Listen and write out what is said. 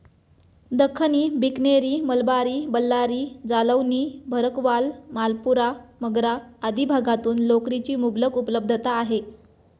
दख्खनी, बिकनेरी, मलबारी, बल्लारी, जालौनी, भरकवाल, मालपुरा, मगरा आदी भागातून लोकरीची मुबलक उपलब्धता आहे